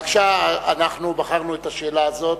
בבקשה, אנחנו בחרנו את השאלה הזאת